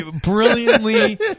Brilliantly